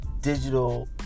Digital